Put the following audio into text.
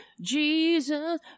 Jesus